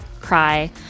cry